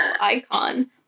icon